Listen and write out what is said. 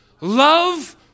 love